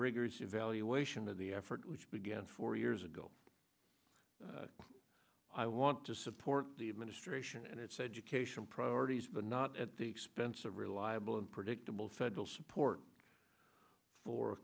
rigorous evaluation of the effort which began four years ago i want to support the administration and its education priorities but not at the expense of reliable and predictable federal